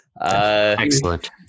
Excellent